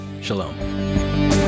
Shalom